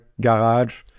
garage